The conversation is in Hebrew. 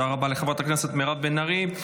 תודה רבה לחברת הכנסת מירב בן ארי.